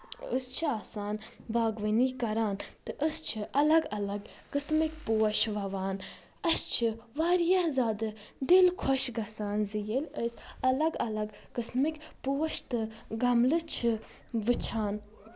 أسۍ چھِ آسان باغوٲنی کران تہٕ أسۍ چھِ اَلگ اَلگ قسمٕکۍ پوش چھِ وَوان اسہِ چھِ واریاہ زیادٕ دِل خۄش گژھان زِییٚلہِ أسۍ الگ الگ قسمٕکۍ پوش تہٕ گملہٕ چھِ وٕچھان